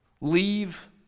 Leave